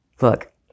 Look